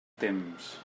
temps